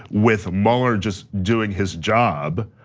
with mueller just doing his job,